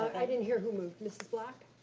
i didn't hear who moved. mrs. black?